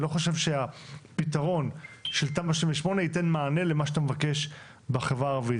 אני לא חושב שהפתרון של תמ"א 38 ייתן מענה למה שאתה מבקש בחברה הערבית.